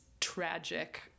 tragic